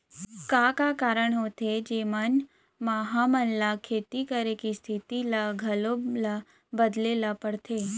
का का कारण होथे जेमन मा हमन ला खेती करे के स्तिथि ला घलो ला बदले ला पड़थे?